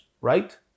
right